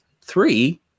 three